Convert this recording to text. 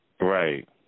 Right